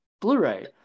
blu-ray